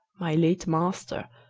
my late master,